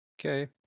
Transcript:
Okay